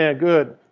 ah good.